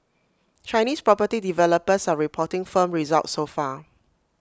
Chinese property developers are reporting firm results so far